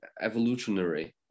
evolutionary